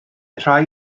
rhai